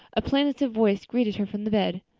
a plaintive voice greeted her from the bed.